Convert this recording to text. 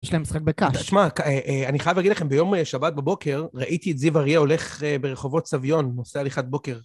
יש להם משחק בקש. תשמע, אני חייב להגיד לכם, ביום שבת בבוקר, ראיתי את זיו אריה הולך ברחובות סביון, עושה הליכת בוקר.